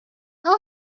how